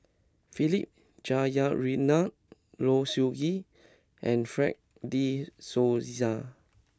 Philip Jeyaretnam Low Siew Nghee and Fred de Souza